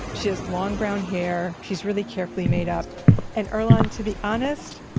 she has long brown hair. she's really carefully made-up. and earlonne, to be honest,